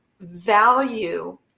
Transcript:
value